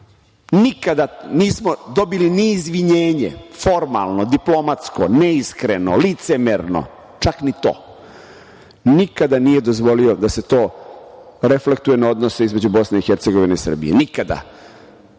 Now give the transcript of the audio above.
Nikada nismo dobili ni izvinjenje, formalno, diplomatsko, neiskreno, licemerno, čak ni to. Nikada nije dozvolio da se to reflektuje na odnose između Bosne i Hercegovine i Srbije. Nikada. Govorim